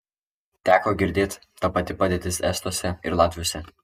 teko girdėt ta pati padėtis estuose ir latviuose